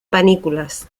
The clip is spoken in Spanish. panículas